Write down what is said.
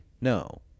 No